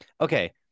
okay